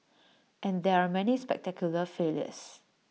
and there are many spectacular failures